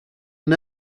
and